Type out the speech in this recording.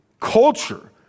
culture